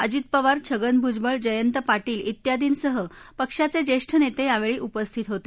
अजित पवार छगन भुजबळ जयंत पाटील त्यादींसह पक्षाचे जेष्ठ नेते यावेळी उपस्थित होते